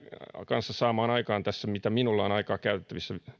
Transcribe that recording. kanssa saamaan aikaan tässä mitä minulla on aikaa käytettävissä